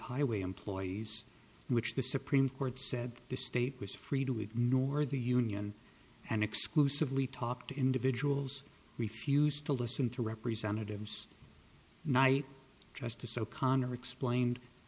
highway employees which the supreme court said the state was free to ignore the union and exclusively talk to individuals refused to listen to representatives night justice o'connor explained